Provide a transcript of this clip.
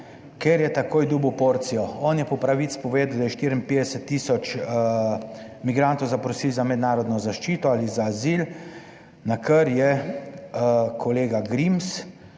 ker je takoj dobil porcijo, on je po pravici povedal, da je 54 tisoč migrantov zaprosilo za mednarodno zaščito ali za azil, na kar je kolega Grims